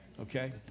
okay